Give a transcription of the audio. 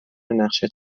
نقشه